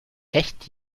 echt